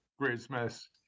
Christmas